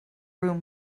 room